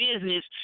business